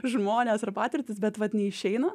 žmones ir patirtis bet vat neišeina